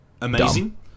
amazing